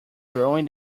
growing